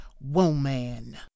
woman